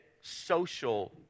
social